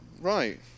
Right